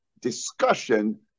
discussion